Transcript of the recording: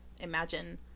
imagine